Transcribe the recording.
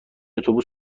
اتوبوس